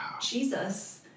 Jesus